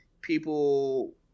people